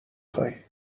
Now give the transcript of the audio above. خوای